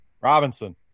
Robinson